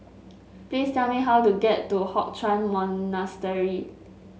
please tell me how to get to Hock Chuan Monastery